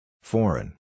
Foreign